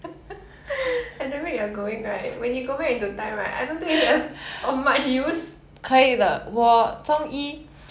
at the rate you are going right when you go back into time right I don't think it's as of much use